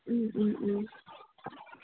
ওম Om ওম